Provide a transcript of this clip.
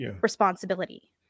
responsibility